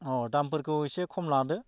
अह दामफोरखौ एसे खम लादो